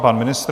Pan ministr.